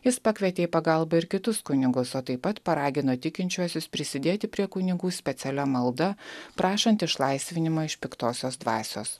jis pakvietė į pagalbą ir kitus kunigus o taip pat paragino tikinčiuosius prisidėti prie kunigų specialia malda prašant išlaisvinimą iš piktosios dvasios